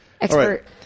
Expert